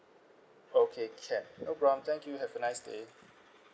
okay can no problem thank you have a nice day